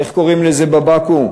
איך קוראים לזה בבקו"ם?